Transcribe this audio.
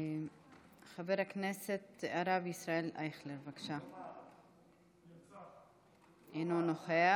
חבר הכנסת הרב ישראל אייכלר, אינו נוכח,